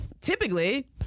Typically